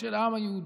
של העם היהודי.